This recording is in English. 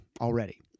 already